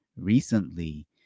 Recently